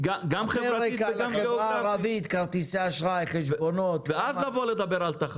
יש לנו שעתיים, תנו לנו עוד רבע שעה ואז תדברו.